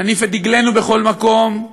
נניף את דגלנו בכל מקום.